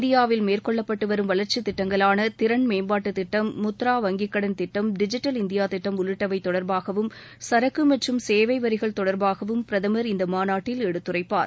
இந்தியாவில் மேற்கொள்ளப்பட்டு வரும் வளர்ச்சி திட்டங்களான திறன் மேம்பாட்டு திட்டம் முத்ரா வங்கி கடன் திட்டம் டிஜிட்டல் இந்தியா திட்டம் உள்ளிட்டவை தொடர்பாகவும் சரக்கு மற்றும் சேவை வரிகள் தொடர்பாகவும் பிரதமர் இந்த மாநாட்டில் எடுத்துரைப்பார்